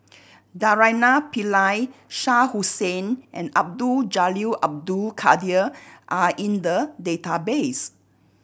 Naraina Pillai Shah Hussain and Abdul Jalil Abdul Kadir are in the database